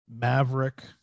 Maverick